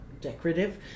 decorative